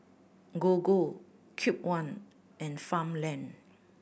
Gogo Cube One and Farmland